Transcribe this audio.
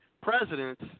presidents